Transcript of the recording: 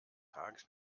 tages